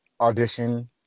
audition